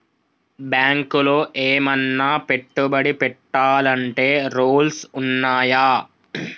బ్యాంకులో ఏమన్నా పెట్టుబడి పెట్టాలంటే రూల్స్ ఉన్నయా?